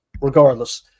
regardless